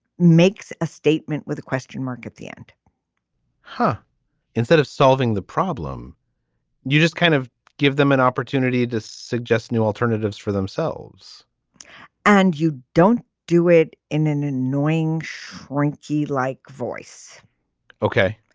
makes a statement with a question mark at the end huh instead of solving the problem you just kind of give them an opportunity to suggest new alternatives for themselves and you don't do it in an annoying shrinky like voice ok.